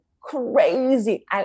crazy